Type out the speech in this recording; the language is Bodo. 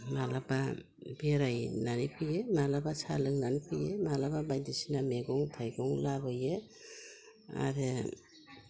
माब्लाबा बेरायनानै फैयो माब्लाबा साहा लोंनानै फैयो मालाबा बायदिसिना मैगं थाइगं लाबोयो आरो